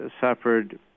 suffered